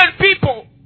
people